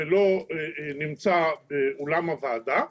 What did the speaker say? ולא נמצא באולם הוועדה,